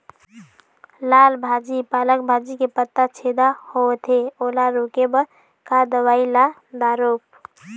लाल भाजी पालक भाजी के पत्ता छेदा होवथे ओला रोके बर का दवई ला दारोब?